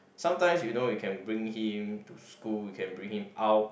sometimes you know you can bring him to school you can bring him out